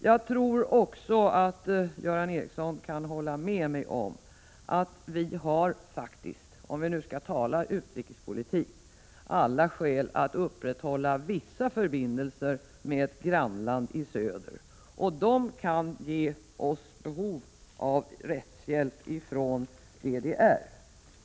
Jag tror också — om vi nu skall tala utrikespolitik — att Göran Ericsson kan hålla med mig om att vi har alla skäl att upprätthålla vissa förbindelser med ett grannland i söder, och de kan ge oss behov av rättshjälp från DDR.